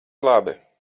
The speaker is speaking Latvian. labi